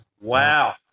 Wow